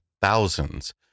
thousands